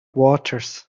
waters